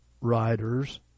riders